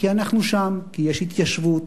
כי אנחנו שם, כי יש התיישבות,